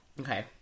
okay